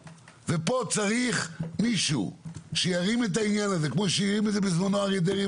ופה צריך מישהו שירים את העניין הזה כמו שהרים את זה בזמנו אריה דרעי,